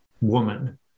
woman